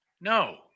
No